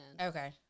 okay